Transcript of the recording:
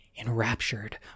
enraptured